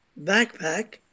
backpack